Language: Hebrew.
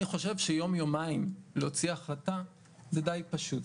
אני חושב שיום-יומיים להוציא החלטה זה די פשוט,